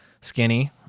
skinny